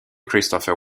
christopher